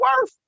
worth